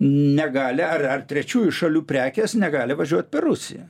negali ar ar trečiųjų šalių prekės negali važiuot per rusiją